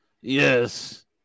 Yes